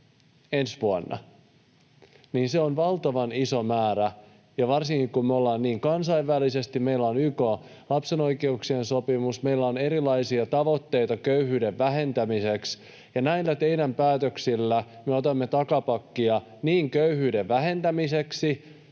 ensi vuonna. Se on valtavan iso määrä, ja varsinkin kun kansainvälisesti meillä on YK:n lapsen oikeuksien sopimus, meillä on erilaisia tavoitteita köyhyyden vähentämiseksi, niin näillä teidän päätöksillänne me otamme takapakkia niin köyhyyden vähentämiseksi